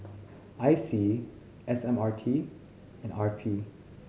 I C S M R T and R P